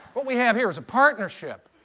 what we have here is a partnership.